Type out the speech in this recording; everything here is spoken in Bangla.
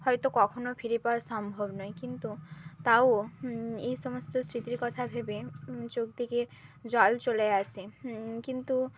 হয়তো কখনও ফিরে পাওয়া সম্ভব নয় কিন্তু তাও এই সমস্ত স্মৃতির কথা ভেবে চোখ দিকে জল চলে আসে কিন্তু